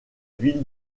ville